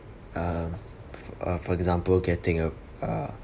um for uh for example getting a uh